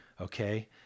okay